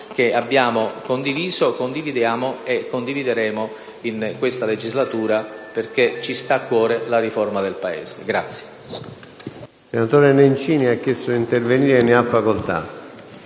che abbiamo condiviso, condividiamo e condivideremo in questa legislatura, perché ci sta a cuore la riforma del Paese.